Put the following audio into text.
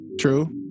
True